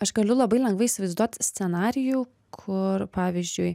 aš galiu labai lengvai įsivaizduot scenarijų kur pavyzdžiui